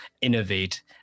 innovate